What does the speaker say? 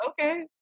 okay